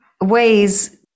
ways